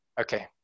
Okay